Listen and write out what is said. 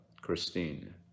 Christine